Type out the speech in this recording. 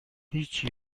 هیچی